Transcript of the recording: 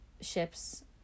ships